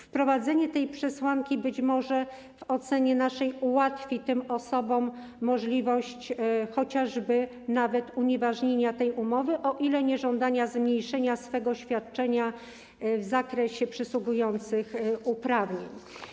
Wprowadzenie tej przesłanki być może w naszej ocenie ułatwi tym osobom możliwość nawet unieważnienia tej umowy, o ile nie żądania zmniejszenia swego świadczenia w zakresie przysługujących uprawnień.